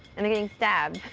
and they're getting stabbed.